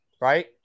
right